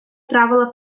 правила